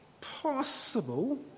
possible